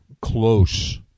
close